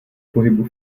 pohybu